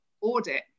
audit